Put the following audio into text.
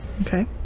Okay